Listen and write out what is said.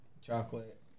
chocolate